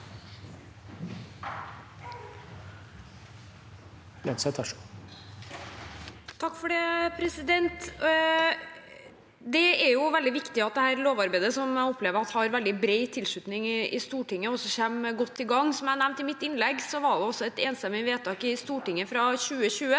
Lønseth (H) Det er veldig viktig at lovarbeidet, som jeg opplever at har veldig bred tilslutning i Stortinget, kommer godt i gang. Som jeg nevnte i mitt innlegg, var det også et enstemmig vedtak i Stortinget fra 2020.